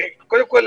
קודם כל,